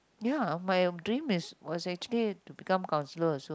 ya my dream is was actually to become counsellor also